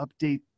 update